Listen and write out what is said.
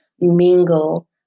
mingle